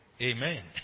Amen